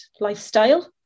lifestyle